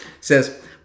says